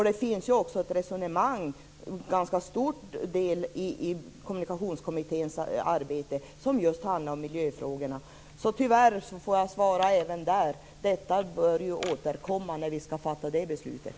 Det finns också ett resonemang, en ganska stor del i Kommunikationskommitténs arbete, som just handlar om miljöfrågorna. Tyvärr får jag svara även där: Detta bör återkomma när vi skall fatta det beslutet.